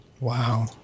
wow